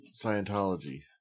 Scientology